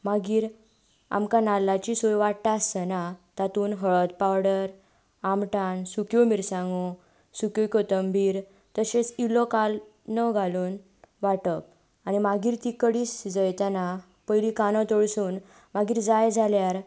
मागीर आमकां नाल्लाची सोय वांट्टाना तातूंत हळद पावडर आमटान सुक्यो मिरसांग्यो कोथंबीर तशेंच इल्लो कांदो घालून वांटप आनी मागीर ती कडी शिजयताना पयलीं कांदो तळसून जाय जाल्यार